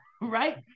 right